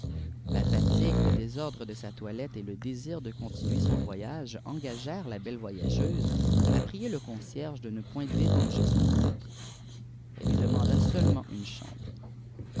la fatigue le désordre de sa toilette et le désir dé continuer son voyage engagèrent la balle voyageuse à prier le concierge de ne point déranger son maître elle lui demanda sêùîemenf une chambre